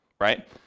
right